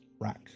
rack